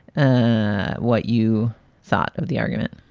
ah what you thought of the argument?